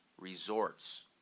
Resorts